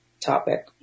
topic